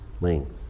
length